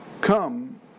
come